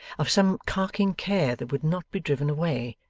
of some carking care that would not be driven away,